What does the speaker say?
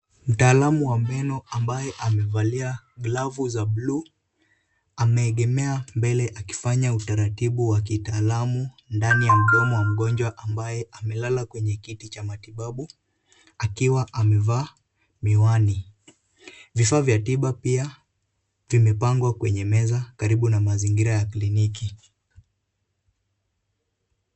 Mtaalamu wa meno ambaye amevalia glavu za buluu. Ameegemea mbele akifanya utaratibu wa kitaalamu ndani ya mdomo wa mgonjwa ambaye amelala kwenye kiti cha matibabu akiwa amevaa miwani. Vifaa vya tiba pia vimepangwa kwenye meza, karibu na mazingira ya kliniki.